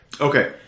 Okay